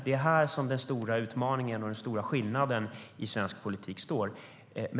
Det är detta som är den stora utmaningen och den stora skillnaden i svensk politik.